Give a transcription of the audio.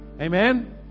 Amen